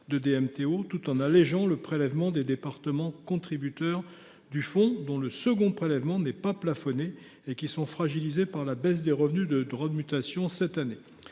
de DMTO tout en allégeant le prélèvement des départements contributeurs du fonds, dont le second prélèvement n’est pas plafonné et qui sont fragilisés par la baisse des revenus générés par ces droits cette année.